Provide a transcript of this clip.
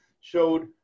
showed